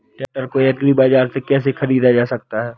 Tractor को agri बाजार से कैसे ख़रीदा जा सकता हैं?